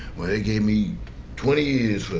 well, they gave me twenty years for,